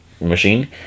machine